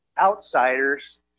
outsiders